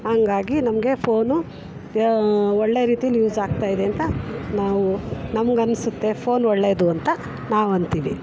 ಹಂಗಾಗಿ ನಮಗೆ ಫೋನು ಒಳ್ಳೆಯ ರೀತಿಯಲ್ ಯೂಸ್ ಆಗ್ತಾಯಿದೆ ಅಂತ ನಾವು ನಮಗನ್ಸುತ್ತೆ ಫೋನ್ ಒಳ್ಳೆಯದು ಅಂತ ನಾವಂತೀವಿ